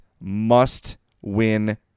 must-win